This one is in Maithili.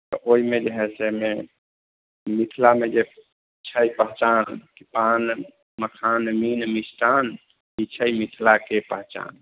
तऽ ओहिमे जे है से मिथिलामे छै पहचान कि पान मखान मीन मिष्टान ई छै मिथिलाके पहचान